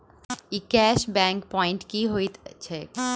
ई cash back point की होइत छैक?